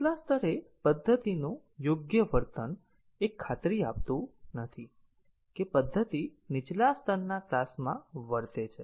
ઉપલા સ્તરે પદ્ધતિનું યોગ્ય વર્તન એ ખાતરી આપતું નથી કે પદ્ધતિ નીચલા સ્તરના ક્લાસમાં વર્તે છે